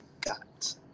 got